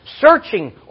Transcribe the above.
searching